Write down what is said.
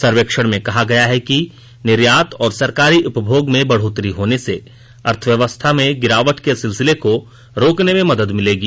सर्वेक्षण में कहा गया है कि निर्यात और सरकारी उपभोग में बढ़ोतरी होने से अर्थव्यवस्था में गिरावट का सिलसिला थामने में मदद मिलेगी